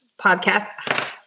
podcast